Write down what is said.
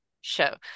show